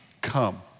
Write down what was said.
come